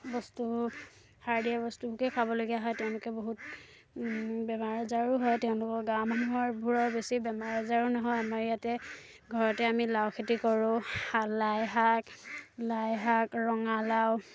বস্তু সাৰ দিয়া বস্তুবোৰকে খাবলগীয়া হয় তেওঁলোকে বহুত বেমাৰ আজাৰো হয় তেওঁলোকৰ গাঁৱৰ মানুহবোৰৰ বেছি বেমাৰ আজাৰো নহয় আমাৰ ইয়াতে ঘৰতে আমি লাও খেতি কৰোঁ শা লাই শাক লাই শাক ৰঙালাও